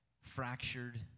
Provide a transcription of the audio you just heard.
fractured